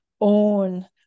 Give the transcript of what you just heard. own